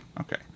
Okay